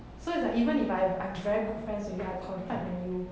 so it's like even if I hav~ I am very good friends with you I confide in you